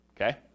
okay